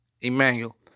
Emmanuel